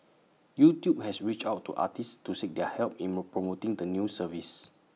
YouTube has reached out to artists to seek their help in more promoting the new service